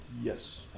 Yes